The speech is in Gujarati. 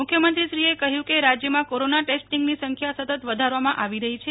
મુખ્યમંત્રીએ કહ્યુ કે રાજ્યમાં કોરોનાં ટેસ્ટીંગની સંખ્યા સતત વધારવામાં આવી રહી છે